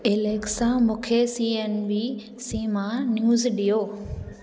Alexa मूंखे C N B C मां news ॾियो